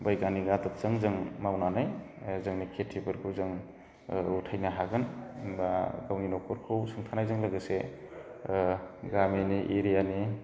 बैगानिक आदबजों जों मावनानै जोंनि खेथिफोरखौ जों उथायनो हागोन होनबा गावनि न'खरखौ सुंथानायजों लोगोसे ओ गामिनि एरियानि